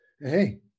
Hey